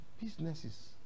Businesses